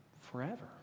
forever